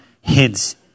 hints